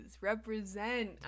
represent